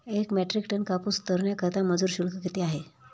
एक metric ton कापूस उतरवण्याकरता मजूर शुल्क किती आहे?